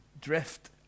drift